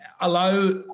allow